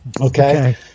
okay